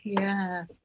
yes